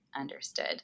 understood